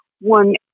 one